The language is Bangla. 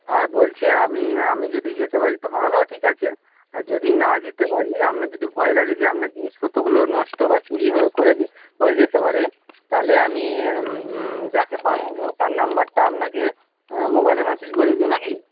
আর বলছি আমি আমি যদি যেতে পারি তো ভালো ঠিক আছে আর যদি না যেতে পারি আপনার যদি ভয় লাগে যে আপনার জিনিসপত্রগুলো নষ্ট বা চুরি করে হয়ে যেতে পারে তাহলে আমি যাকে পাঠাবো তার নাম্বারটা আপনাকে মোবাইলে মেসেজ করে দিই নাকি